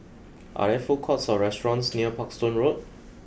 are there food courts or restaurants near Parkstone Road